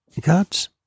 God's